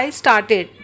started